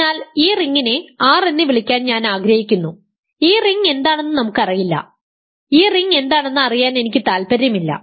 അതിനാൽ ഈ റിംഗിനെ R എന്ന് വിളിക്കാൻ ഞാൻ ആഗ്രഹിക്കുന്നു ഈ റിംഗ് എന്താണെന്ന് നമുക്ക് അറിയില്ല ഈ റിംഗ് എന്താണെന്ന് അറിയാൻ എനിക്ക് താൽപ്പര്യമില്ല